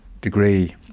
degree